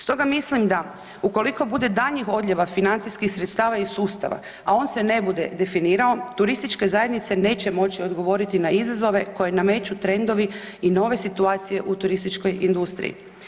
Stoga mislim da ukoliko bude daljnjih odljeva financijskih sredstava iz sustava, a on se ne bude definirao, turističke zajednice neće moći odgovoriti na izazove koje nameću trendovi i nove situacije u turističkoj industriji.